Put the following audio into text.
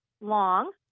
long